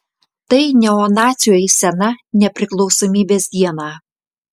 tai neonacių eisena nepriklausomybės dieną